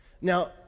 Now